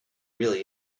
really